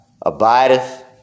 abideth